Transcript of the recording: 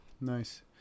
Nice